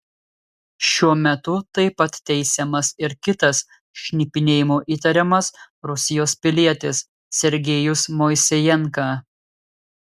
šiuo metu taip pat teisiamas ir kitas šnipinėjimu įtariamas rusijos pilietis sergejus moisejenka